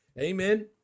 Amen